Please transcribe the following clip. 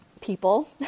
people